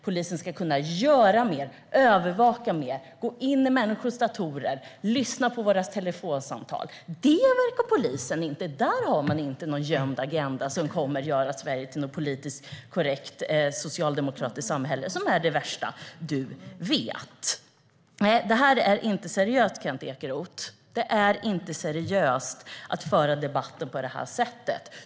Polisen ska kunna göra mer, övervaka mer, gå in i människors datorer och lyssna på våra telefonsamtal. Där har man inte någon gömd agenda som kommer att göra Sverige till något politiskt korrekt socialdemokratiskt samhälle, som är det värsta du vet. Nej, det här är inte seriöst, Kent Ekeroth. Det är inte seriöst att föra debatten på det sättet.